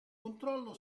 controllo